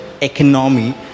economy